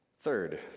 Third